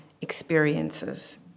experiences